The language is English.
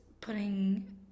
putting